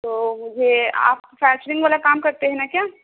تو مجھے آپ فیشننگ والا کام کرتے ہیں نا کیا